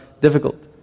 difficult